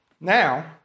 Now